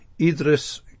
Idris